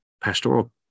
pastoral